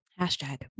Hashtag